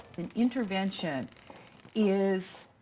an intervention is.